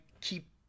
keep